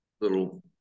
little